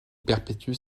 perpétuent